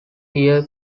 year